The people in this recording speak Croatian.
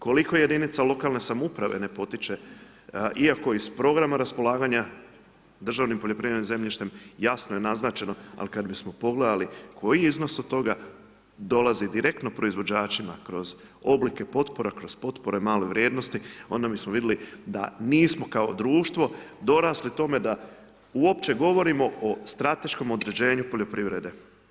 Koliko jedinice lokalne samouprave ne potiče, iako iz programa raspolaganja državnim poljoprivrednim zemljištem, jasno je naznačen, ali kada bismo pogledali, koji iznos od toga, donosi direktno proizvođačima, kroz oblike potpora, kroz potpore male vrijednosti, onda bismo vidli da nismo kao društvo, dorasli tome, da uopće govorimo o strateškom određenju poljoprivrede.